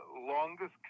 longest